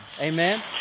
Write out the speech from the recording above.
Amen